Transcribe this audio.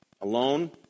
alone